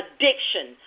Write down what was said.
addiction